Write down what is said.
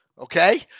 okay